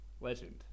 legend